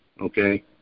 okay